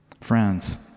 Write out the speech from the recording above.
Friends